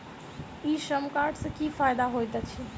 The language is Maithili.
ई श्रम कार्ड सँ की फायदा होइत अछि?